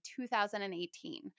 2018